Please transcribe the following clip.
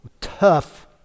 tough